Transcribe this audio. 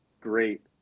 great